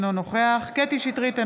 אינו נוכח קטי קטרין שטרית,